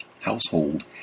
Household